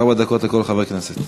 ארבע דקות לכל חבר כנסת.